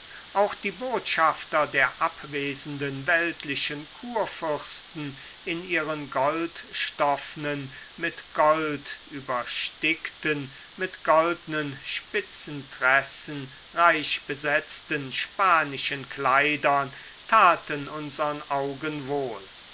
auch die botschafter der abwesenden weltlichen kurfürsten in ihren goldstoffnen mit gold überstickten mit goldnen spitzentressen reich besetzten spanischen kleidern taten unsern augen wohl